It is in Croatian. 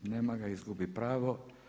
Nema ga, izgubi pravo.